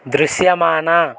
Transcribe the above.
దృశ్యమాన